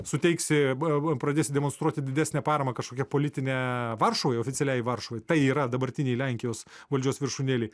suteiksi pradėsi demonstruoti didesnę paramą kažkokią politinę varšuvoj oficialiai varšuvoje tai yra dabartinėj lenkijos valdžios viršūnėlėj